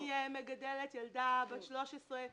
אני מגדלת ילדה בת 13,